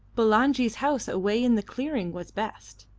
bulangi's house away in the clearing was best.